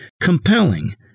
compelling